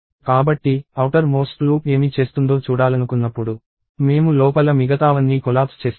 కాబట్టి outermost loop ఏమి చేస్తుందో చూడాలనుకున్నప్పుడు మేము లోపల మిగతావన్నీ కొలాప్స్ చేస్తాము